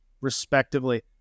respectively